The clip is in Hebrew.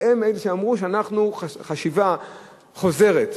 והם שאמרו חשיבה חוזרת.